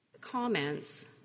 comments